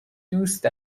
دوست